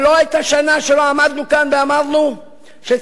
הרי לא היתה שנה שלא עמדנו כאן ואמרנו שצריך